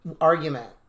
argument